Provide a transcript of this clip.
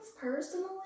personally